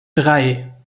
drei